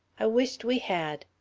i wish't we had.